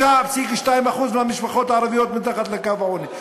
59.2% מהמשפחות הערביות מתחת לקו העוני.